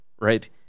right